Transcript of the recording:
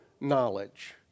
knowledge